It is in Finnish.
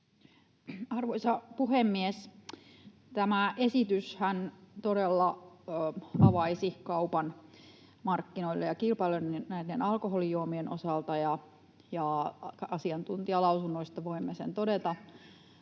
Arvoisa puhemies! Tämä esityshän todella avaisi kaupan markkinoille ja kilpailulle näiden alkoholijuomien osalta, ja asiantuntijalausunnoista voimme sen todeta.